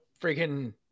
freaking